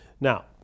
Now